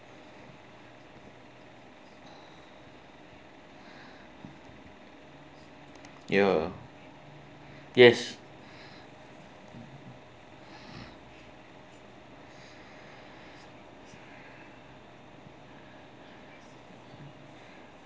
ya yes